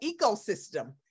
ecosystem